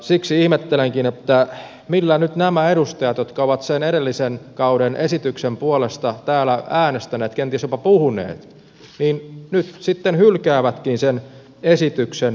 siksi ihmettelenkin miten nyt nämä edustajat jotka ovat sen edellisen kauden esityksen puolesta täällä äänestäneet kenties jopa puhuneet nyt sitten hylkäävätkin sen esityksen